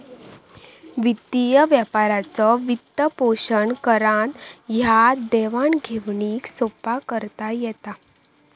वित्तीय व्यापाराचो वित्तपोषण करान ह्या देवाण घेवाणीक सोप्पा करता येता